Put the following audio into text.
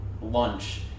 lunch